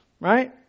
right